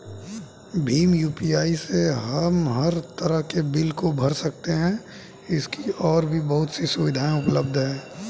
Bhim UPI से हम हर तरह के बिल को भर सकते है, इसकी और भी बहुत सी सुविधाएं उपलब्ध है